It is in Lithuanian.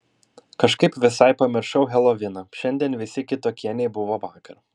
kažkaip visai pamiršau heloviną šiandien visi kitokie nei buvo vakar